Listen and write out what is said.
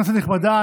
כנסת נכבדה,